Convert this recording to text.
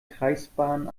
kreisbahnen